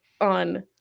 on